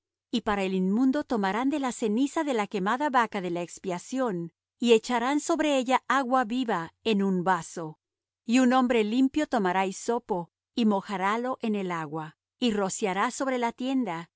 y para el inmundo tomarán de la ceniza de la quemada vaca de la expiación y echarán sobre ella agua viva en un vaso y un hombre limpio tomará hisopo y mojarálo en el agua y rociará sobre la tienda